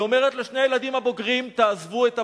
היא אומרת לשני הילדים הבוגרים: תעזבו את הבית,